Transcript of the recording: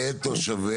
טבריה ואת תושביה.